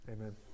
Amen